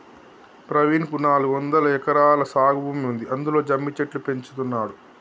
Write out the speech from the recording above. ప్రవీణ్ కు నాలుగొందలు ఎకరాల సాగు భూమి ఉంది అందులో జమ్మి చెట్లు పెంచుతున్నాడు